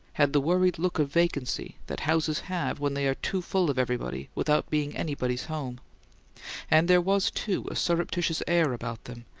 had the worried look of vacancy that houses have when they are too full of everybody without being anybody's home and there was, too, a surreptitious air about them,